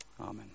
Amen